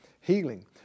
healing